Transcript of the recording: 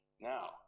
Now